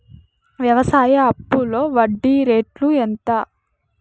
వ్యవసాయ అప్పులో వడ్డీ రేట్లు ఎంత?